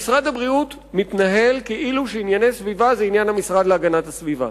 משרד הבריאות מתנהל כאילו שענייני סביבה זה עניין המשרד להגנת הסביבה.